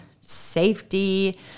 safety